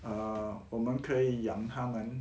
err 我们可以养它们